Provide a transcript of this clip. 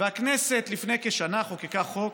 והכנסת לפני כשנה חוקקה חוק,